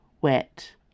wet